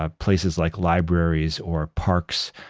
ah places like libraries, or parks,